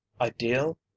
ideal